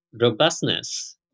Robustness